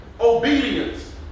obedience